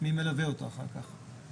מי מלווה אותו אחר כך?